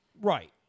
Right